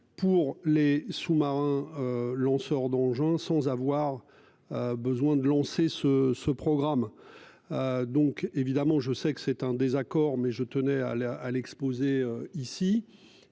Pour les sous-marins. Lanceurs d'engins sans avoir. Besoin de lancer ce ce programme. Donc évidemment, je sais que c'est un désaccord mais je tenais à la à l'ex-.